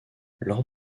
lors